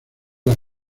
las